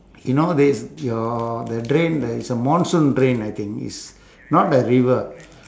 you know there is your the drain there is a monsoon drain I think is not a river